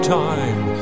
time